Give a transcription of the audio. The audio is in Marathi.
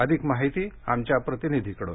अधिक माहिती आमच्या प्रतिनिधीकडून